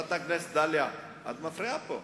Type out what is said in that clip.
חברת הכנסת דליה, את מפריעה פה.